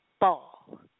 ball